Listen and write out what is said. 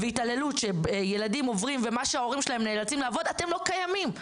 התעללות שילדים עוברים ומה שההורים שלהם נאלצים לעבור אתם לא קיימים.